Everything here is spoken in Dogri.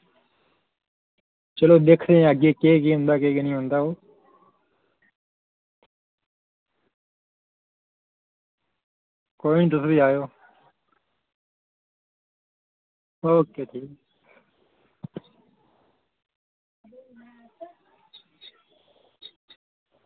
चलो दिक्खने आं अग्गें केह् केह् होंदा केह् केह् नेईं होंदा कोई निं तुस बी आएओ ओके जी